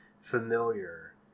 familiar